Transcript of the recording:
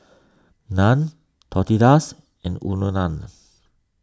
Naan Tortillas and Unadon